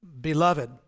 beloved